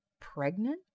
pregnant